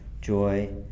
joy